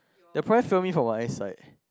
they'll probably fail me for my eyesight